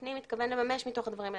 פנים מתכוון לממש מתוך הדברים האלה.